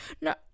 No